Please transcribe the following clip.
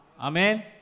Amen